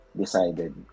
decided